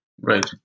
Right